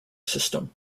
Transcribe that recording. system